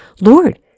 Lord